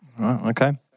Okay